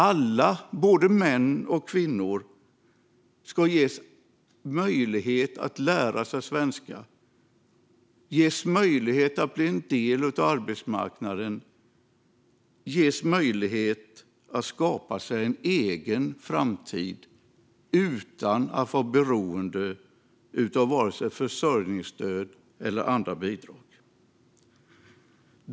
Alla, både män och kvinnor, ska ges möjlighet att lära sig svenska, ges möjlighet att bli en del av arbetsmarknaden och ges möjlighet att skapa sig en egen framtid utan att vara beroende av vare sig försörjningsstöd eller andra bidrag. Herr talman!